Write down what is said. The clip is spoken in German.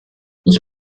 ich